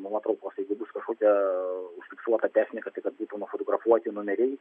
nuotraukos jeigu bus kažkokia fiksuota technika tai kad būtų nufotografuoti numeriai